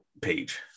page